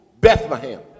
Bethlehem